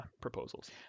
proposals